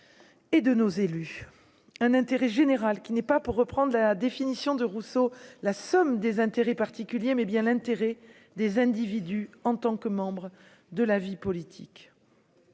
Et de nos élus, un intérêt général qui n'est pas pour reprendre la définition de Rousseau, la somme des intérêts particuliers, mais bien l'intérêt des individus en tant que membre de la vie politique.